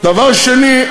דבר שני,